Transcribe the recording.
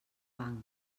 banc